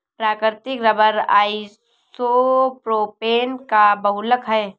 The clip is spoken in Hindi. प्राकृतिक रबर आइसोप्रोपेन का बहुलक है